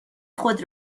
خود